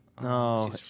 No